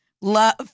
Love